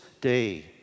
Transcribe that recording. day